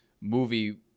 movie